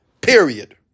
period